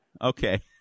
Okay